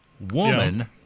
Woman